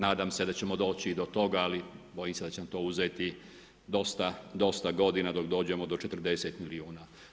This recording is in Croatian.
Nadam se da ćemo doći i do toga, ali bojim se da će nam to uzeti dosta godina dok dođemo do 40 milijuna.